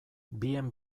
bien